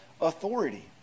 authority